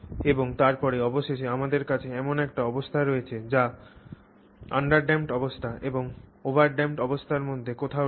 এবং তারপরে অবশেষে আমাদের কাছে এমন একটি অবস্থা রয়েছে যা আন্ডারড্যাম্পড অবস্থা এবং ওভারড্যাম্পড অবস্থার মধ্যে কোথাও রয়েছে